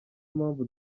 mpamvu